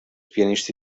pianista